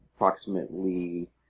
approximately